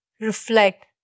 reflect